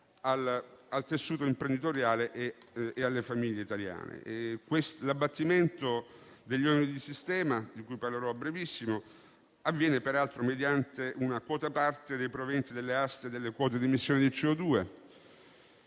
al tessuto imprenditoriale e alle famiglie italiane. L'abbattimento degli oneri di sistema - su cui mi soffermerò - avviene peraltro mediante una parte dei proventi delle aste delle quote di emissioni di CO₂.